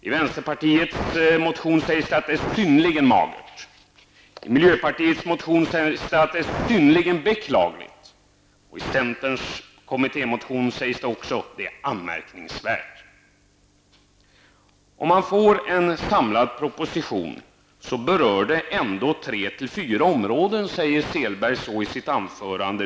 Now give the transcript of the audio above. I vänsterpartiets motion sägs att det är synnerligen magert. I miljöpartiets motion sägs att det är synnerligen beklagligt, och i centerns kommittémotion sägs också att det är anmärkningsvärt. Om vi får en samlad proposition berör den ändå tre till fyra områden, säger Åke Sellberg sangviniskt i sitt anförande.